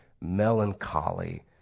melancholy